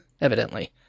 Evidently